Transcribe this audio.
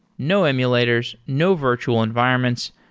no emulators, no virtual environments.